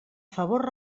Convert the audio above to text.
favor